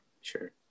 Sure